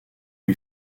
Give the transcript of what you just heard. lui